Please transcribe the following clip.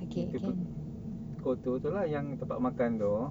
kita pergi go to tu lah yang tempat makan tu